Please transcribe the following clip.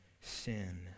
sin